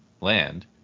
land